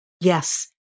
Yes